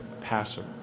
passer